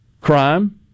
crime